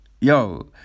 yo